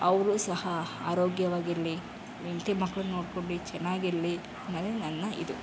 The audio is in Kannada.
ಅವರು ಸಹ ಆರೋಗ್ಯವಾಗಿರಲಿ ಹೆಂಡ್ತಿ ಮಕ್ಳನ್ನ ನೋಡ್ಕೊಂಡು ಚೆನ್ನಾಗಿರ್ಲಿ ಅನ್ನೋದೇ ನನ್ನ ಇದು